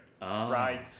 right